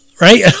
right